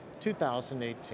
2018